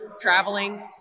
traveling